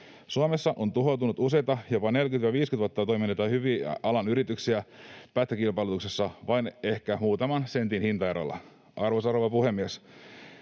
Suomessa on tuhoutunut useita jopa 40—50 vuotta toimineita hyviä alan yrityksiä pätkäkilpailutuksessa vain ehkä muutaman sentin hintaerolla. Arvoisa rouva puhemies!